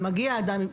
אבל מגיע אדם,